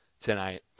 tonight